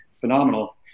phenomenal